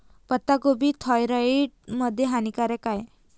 पत्ताकोबी थायरॉईड मध्ये हानिकारक आहे